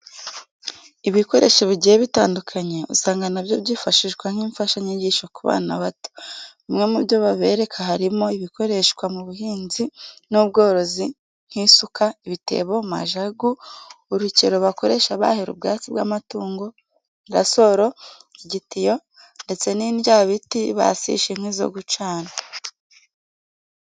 Ibikoresho bigiye bitandukanye, usanga na byo byifashishwa nk'imfashanyigisho ku bana bato. Bimwe mu byo babereka harimo, ibikoreshwa mu buhinzi n'ubworozi nk'isuka, ibitebo, majagu, urukero bakoresha bahira ubwatsi bw'amatungo, rasoro, igitiyo ndetse n'indyabiti basisha inkwi zo gucana.